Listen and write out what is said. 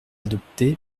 adopté